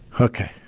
Okay